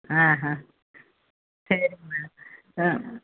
ஆ ஆ சரிங்க மேம் ஆ